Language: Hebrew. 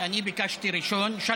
אני ביקשתי ראשון, ג.